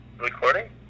recording